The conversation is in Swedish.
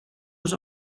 oss